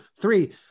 three